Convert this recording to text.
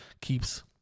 keeps